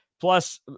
Plus